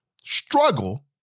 struggle